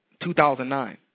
2009